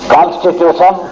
Constitution